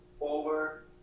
over